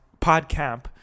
Podcamp